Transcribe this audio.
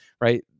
right